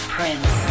Prince